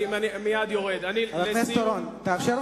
בבקשה,